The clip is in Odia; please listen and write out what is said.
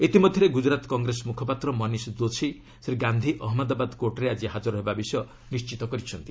ଇତିମଧ୍ୟରେ ଗୁଳରାତ୍ କଂଗ୍ରେସ ମୁଖପାତ୍ର ମନୀଷ ଦୋଶୀ ଶ୍ରୀ ଗାନ୍ଧି ଅହମ୍ମଦାବାଦ କୋର୍ଟରେ ଆକି ହାଜର ହେବା ବିଷୟ ନିଶ୍ଚିତ କରିଛନ୍ତି